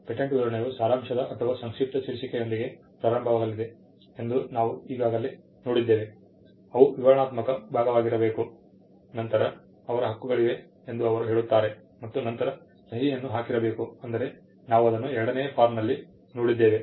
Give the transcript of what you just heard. patent ವಿವರಣೆಯು ಸಾರಾಂಶದ ಅಥವಾ ಸಂಕ್ಷಿಪ್ತ ಶೀರ್ಷಿಕೆಯೊಂದಿಗೆ ಪ್ರಾರಂಭವಾಗಲಿದೆ ಎಂದು ನಾವು ಈಗಾಗಲೇ ನೋಡಿದ್ದೇವೆ ಅವು ವಿವರಣಾತ್ಮಕ ಭಾಗವಾಗಿರಬೇಕು ನಂತರ ಅವರ ಹಕ್ಕುಗಳಿವೆ ಎಂದು ಅವರು ಹೇಳುತ್ತಾರೆ ಮತ್ತು ನಂತರ ಸಹಿಯನ್ನು ಹಾಕಿರಬೇಕು ಅಂದರೆ ನಾವು ಅದನ್ನು 2 ನೇ ನಲ್ಲಿ ನೋಡಿದ್ದೇವೆ